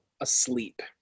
asleep